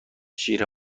شیر